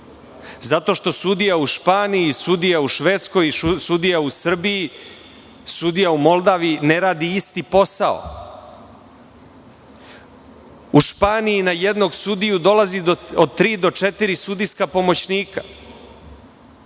zato što sudija u Španiji i sudija u Švedskoj i sudija u Srbiji, sudija u Moldaviji ne rade isti posao. U Španiji na jednog sudiju dolazi od tri do četiri sudijska pomoćnika.